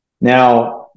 Now